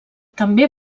també